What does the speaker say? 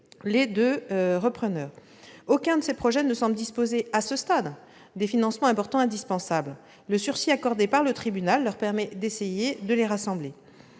les deux repreneurs. Aucun d'eux ne semble disposer, à ce stade, des financements importants indispensables ; le sursis accordé par le tribunal leur permet d'essayer de les rassembler.